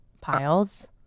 piles